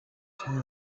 сайн